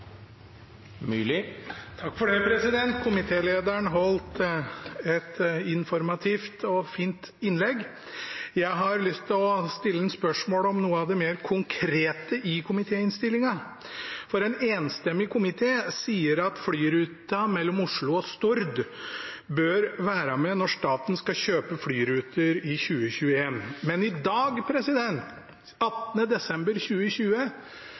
fint innlegg. Jeg har lyst til å stille ham spørsmål om noe av det mer konkrete i komitéinnstillingen, for en enstemmig komité sier at flyruta mellom Oslo og Stord bør være med når staten skal kjøpe flyruter i 2021. Men i dag, 18. desember 2020,